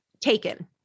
taken